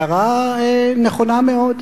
הערה נכונה מאוד.